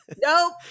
nope